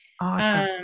awesome